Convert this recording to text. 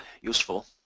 useful